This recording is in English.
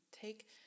take